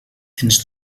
ens